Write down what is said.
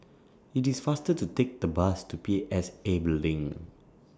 IT IS faster to Take The Bus to P S A Building